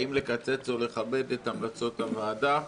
האם לקצץ או לכבד את המלצות הוועדה,